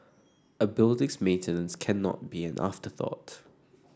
a building's maintenance cannot be an afterthought